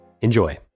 Enjoy